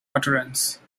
utterance